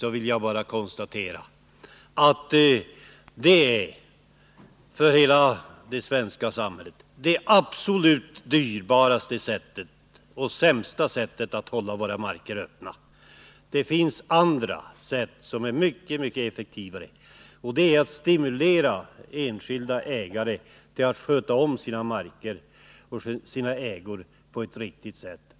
Då vill jag bara konstatera att det är det för hela det svenska samhället absolut Nr 33 dyrbaraste och sämsta sättet att hålla våra marker öppna. Det finns andra sätt Onsdagen den som är mycket effektivare, t.ex. att stimulera enskilda ägare att sköta sina 21 november 1979 marker.